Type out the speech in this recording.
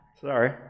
Sorry